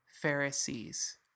Pharisees